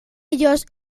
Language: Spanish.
ellos